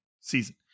season